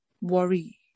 worry